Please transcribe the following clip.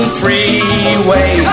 freeway